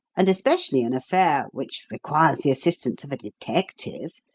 and especially an affair which requires the assistance of a detective,